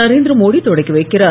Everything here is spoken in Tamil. நரேந்திரமோடி தொடக்கி வைக்கிறார்